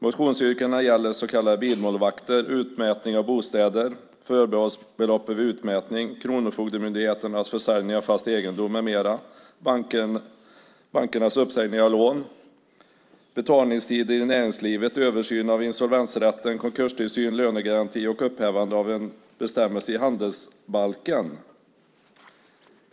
Motionsyrkandena gäller så kallade bilmålvakter, utmätning av bostäder, förbehållsbeloppet vid utmätning, Kronofogdemyndighetens försäljning av fast egendom med mera, bankernas uppsägning av lån, betalningstider i näringslivet, översyn av insolvensrätten, konkurstillsyn, lönegaranti och upphävande av en bestämmelse i handelsbalken.